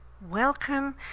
Welcome